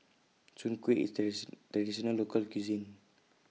Soon Kuih IS Traditional Local Cuisine